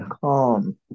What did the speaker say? calm